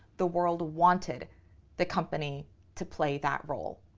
the world wanted the company to play that role.